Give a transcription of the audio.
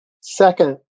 Second